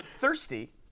Thirsty